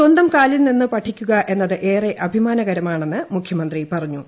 സ്വന്തം കാലിൽ നിന്ന് പഠിക്കുക എന്നത് ഏറെ അഭിമാനകരമാണെന്ന് മുഖ്യമന്ത്രി പറഞ്ഞു